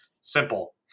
simple